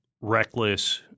reckless